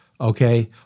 okay